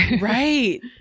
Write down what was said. right